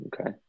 okay